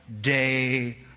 day